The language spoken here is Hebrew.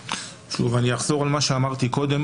שוב, אני אחזור על מה שאמרתי קודם.